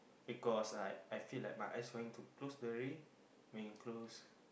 because I I feel like my eyes going to close already when it close